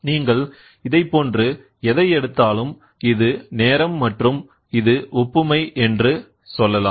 நீங்கள் இதைப் போன்று எதை எடுத்தாலும் இது நேரம் மற்றும் இது ஒப்புமை என்று சொல்லலாம்